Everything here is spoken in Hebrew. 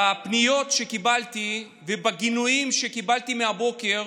בפניות שקיבלתי ובגינויים שקיבלתי מהבוקר,